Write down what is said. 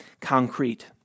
concrete